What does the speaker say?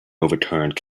overturned